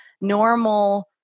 normal